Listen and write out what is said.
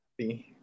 happy